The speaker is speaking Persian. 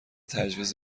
تجویز